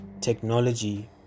technology